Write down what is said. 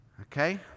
okay